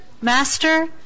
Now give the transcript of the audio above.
Master